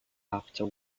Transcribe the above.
after